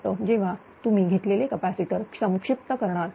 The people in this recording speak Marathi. हे फक्त जेव्हा तुम्ही घेतलेले कॅपॅसिटर संक्षिप्त करणार